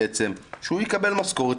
שהוא יקבל משכורת,